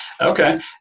Okay